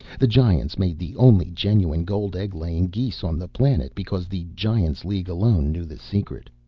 the giants made the only genuine gold-egg-laying geese on the planet because the giants' league alone knew the secret.